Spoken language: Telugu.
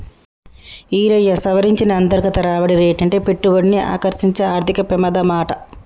ఈరయ్యా, సవరించిన అంతర్గత రాబడి రేటంటే పెట్టుబడిని ఆకర్సించే ఆర్థిక పెమాదమాట